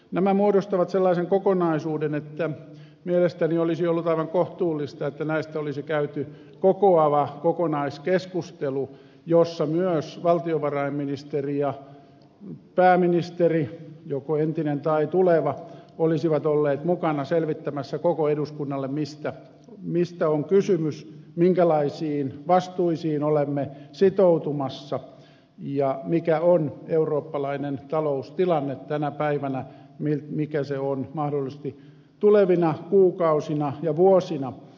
nämä muodostavat sellaisen kokonaisuuden että mielestäni olisi ollut aivan kohtuullista että näistä olisi käyty kokoava kokonaiskeskustelu jossa myös valtiovarainministeri ja pääministeri joko entinen tai tuleva olisivat olleet mukana selvittämässä koko eduskunnalle mistä on kysymys minkälaisiin vastuisiin olemme sitoutumassa ja mikä on eurooppalainen taloustilanne tänä päivänä mikä se on mahdollisesti tulevina kuukausina ja vuosina